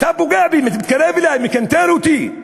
אתה פוגע בי, מתקרב אלי, מקנטר אותי.